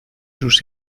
sus